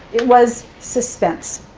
it was suspense.